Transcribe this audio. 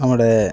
നമ്മുടെ